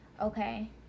okay